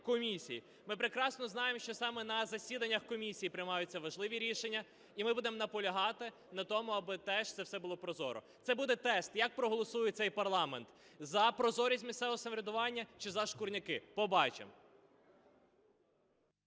Ми прекрасно знаємо, що саме на засіданнях комісій приймаються важливі рішення, і ми будемо наполягати на тому, аби теж це все було прозоро. Це буде тест, як проголосує цей парламент: за прозорість місцевого самоврядування, чи за "шкурняки" – побачимо.